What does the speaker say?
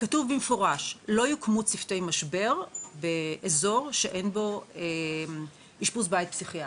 כתוב במפורש שלא יוקמו צוותי משבר באזור שאין בו אשפוז בית פסיכיאטרי.